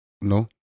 no